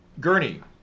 Gurney